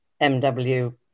MW